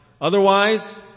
Otherwise